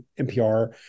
NPR